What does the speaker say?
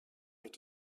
est